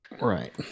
Right